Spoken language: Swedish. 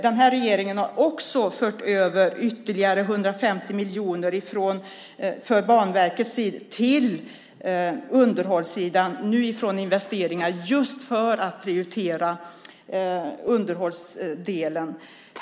Den här regeringen har också fört över ytterligare 150 miljoner från investeringar till underhållssidan för Banverket just för att prioritera underhållet.